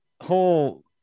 whole